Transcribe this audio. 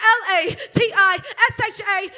l-a-t-i-s-h-a